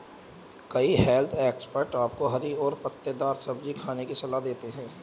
कई health expert आपको हरी और पत्तेदार सब्जियां खाने की सलाह देते हैं